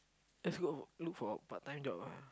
let's go look for a part-time job ah